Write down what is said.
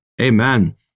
Amen